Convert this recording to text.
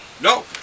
no